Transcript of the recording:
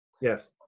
yes